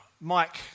Mike